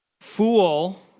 Fool